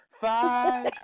Five